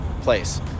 place